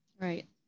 Right